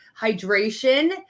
hydration